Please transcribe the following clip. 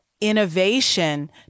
innovation